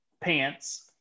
pants